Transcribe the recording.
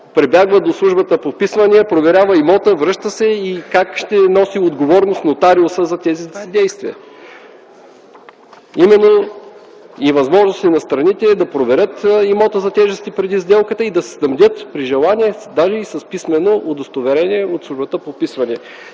прибягва до службата по вписвания, проверява имота, връща се. Как ще носи отговорност нотариусът за тези си действия? Именно и възможностите на страните да проверят имота за тежести преди сделката и да снабдят, при желание, даже и с писмено удостоверение от службата по вписвания.